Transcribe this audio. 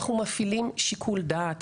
אנחנו מפעילים שיקול דעת